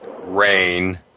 rain